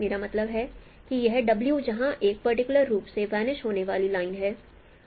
मेरा मतलब है कि यह w जहां यह पर्टिकुलर रूप से वनिश होने वाली लाइन है